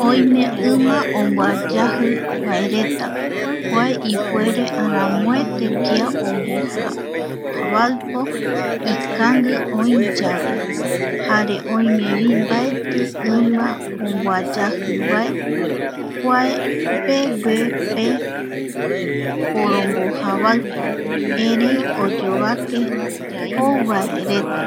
Oime ima omboayaji vaereta, kua ipuere aramoete kia omboja, javaipo ikangui oi yave jare oime vi mbaeti ima omboayaji vae kua, mbegue pe poromojavaipo erei oyovake jou vareta